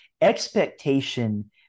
expectation